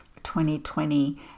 2020